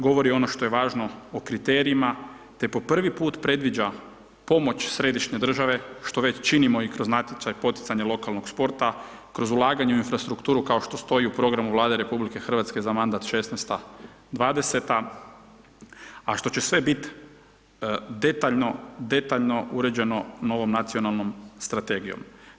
Govori ono što je važno o kriterijima te po prvi puta predviđa pomoć središnje država, što već činimo i kroz natječaj poticaj lokalnog sporta, kroz ulaganje u infrastrukturu, kao što stoji u programu Vlade RH, za mandat '16.-'20. a što će sve bit detaljno uređeno novom nacionalnom strategijom.